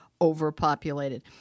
overpopulated